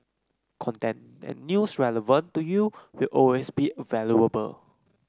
content and news relevant to you will always be a valuable